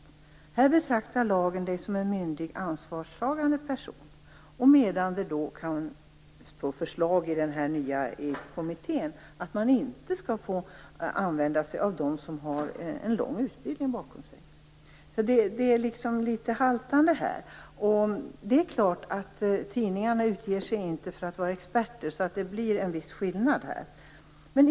I lagen betraktas man som en myndig och ansvarstagande person, medan den nya kommittén föreslår att man inte skall få använda sig av dem som har en lång utbildning bakom sig. Så det är liksom litet haltande här. Eftersom man i tidningarna naturligtvis inte utger sig för att vara experter blir det en viss skillnad.